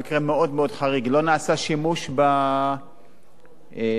לא נעשה שימוש בסעיף הזה,